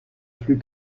plus